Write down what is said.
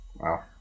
Wow